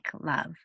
love